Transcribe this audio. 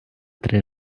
три